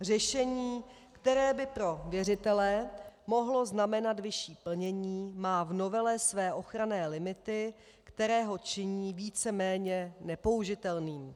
Řešení, které by pro věřitele mohlo znamenat vyšší plnění, má v novele své ochranné limity, které ho činí víceméně nepoužitelným.